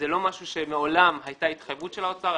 לא משהו שמעולם הייתה התחייבות של האוצר.